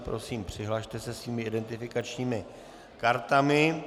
Prosím, přihlaste se svými identifikačními kartami.